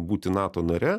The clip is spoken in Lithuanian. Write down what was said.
būti nato nare